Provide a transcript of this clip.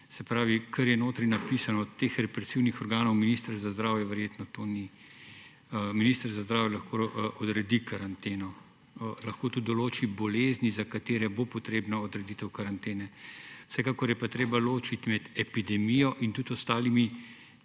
Se pravi, kar je notri napisano od teh represivnih organov, minister za zdravje verjetno to ni. Minister za zdravje lahko odredi karanteno, lahko tudi določi bolezni, za katere bo potrebno odreditev karantene, vsekakor je pa treba ločiti med epidemijo in tudi ostalimi